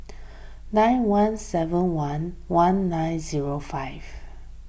nine one seven one one nine zero five